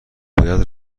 باید